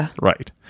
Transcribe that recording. Right